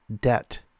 debt